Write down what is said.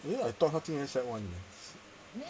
really meh I thought 她今年 sec one eh